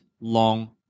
long